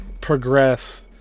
progress